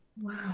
Wow